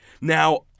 Now